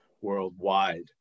worldwide